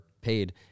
paid